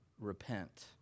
repent